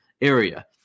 Area